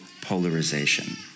polarization